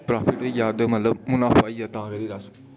profit होई जा ते मतलब मुनाफा होई जा